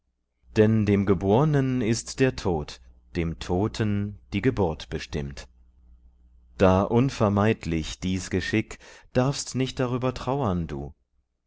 denn dem gebornen ist der tod dem toten die geburt bestimmt da unvermeidlich dies geschick darfst nicht darüber trauern du